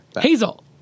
Hazel